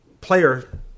player